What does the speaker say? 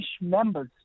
members